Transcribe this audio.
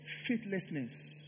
faithlessness